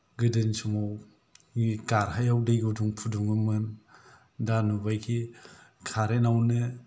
गोदोनि समाव गारहायाव दै गुदुं फुदुङोमोन दा नुबाय कि कारेन्त आवनो